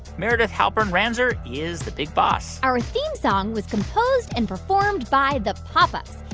meredith halpern-ranzer is the big boss our theme song was composed and performed by the pop ups.